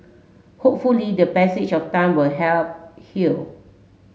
hopefully the passage of time will help heal